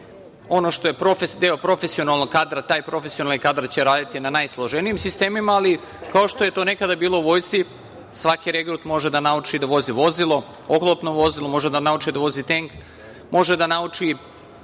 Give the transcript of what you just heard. što je deo profesionalnog kadra, taj profesionalni kadar će raditi na najsloženijim sistemima, ali kao što je to nekada bilo u vosci, svaki regrut može da nauči da vozi vozilo, oklopno vozilo, može da nauči da vozi tenk, može da nauči